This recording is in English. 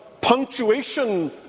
punctuation